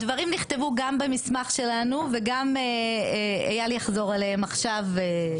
הדברים נכתבו גם במסמך שלנו וגם אייל יחזור עליהם עכשיו.